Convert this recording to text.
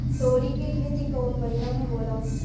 तोड़ी के खेती कउन महीना में होला?